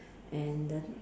and the